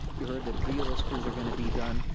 you heard that three of those schools are gonna be done,